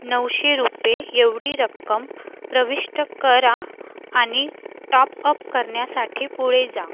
नऊशे रुपये एवढी रक्कम प्रविष्ट करा आणि टॉपअप करण्यासाठी पुढे जा